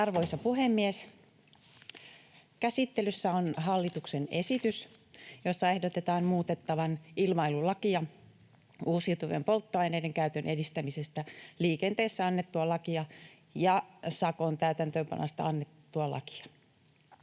Arvoisa puhemies! Käsittelyssä on hallituksen esitys, jossa ehdotetaan muutettavan ilmailulakia, uusiutuvien polttoaineiden käytön edistämisestä liikenteessä annettua lakia ja sakon täytäntöönpanosta annettua lakia.